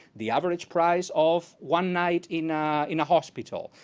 the average price of one night in ah in a hospital.